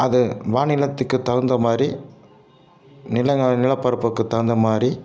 அது மாநிலத்துக்கு தகுந்த மாதிரி நிலங்கள் நிலப்பரப்புக்கு தகுந்த மாதிரி